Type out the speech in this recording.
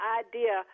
idea